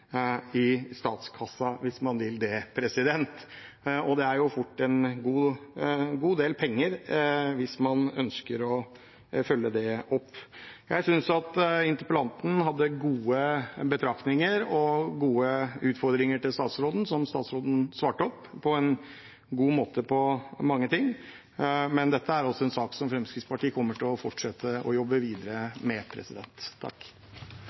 i statskassen, hvis man vil det. Det er jo fort en god del penger, hvis man ønsker å følge det opp. Jeg synes at interpellanten hadde gode betraktninger og gode utfordringer til statsråden, som statsråden svarte på på en god måte på mange ting. Men dette er også en sak som Fremskrittspartiet kommer til å fortsette å jobbe videre med. Takk